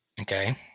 Okay